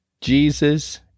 Jesus